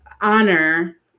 honor